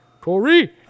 Corey